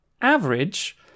average